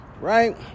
right